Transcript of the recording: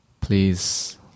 Please